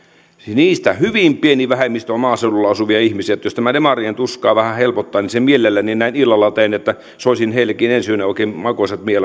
niistä hyvin pieni vähemmistö on maaseudulla asuvia ihmisiä eli jos tämä demarien tuskaa vähän helpottaa niin sen mielelläni näin illalla teen että soisin heillekin ensi yönä oikein makoisat